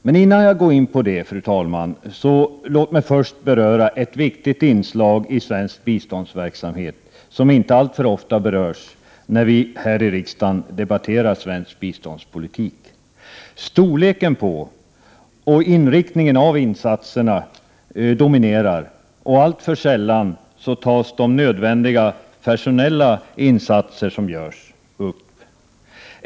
Men innan jag går in på det, fru talman, vill jag säga något om ett viktigt inslag i svensk biståndsverksamhet som inte alltför ofta berörs när vi här i riksdagen debatterar svensk biståndspolitik. Storleken på och inriktningen av insatserna dominerar och alltför sällan tas de nödvändiga personella insatserna upp.